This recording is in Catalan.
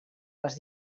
les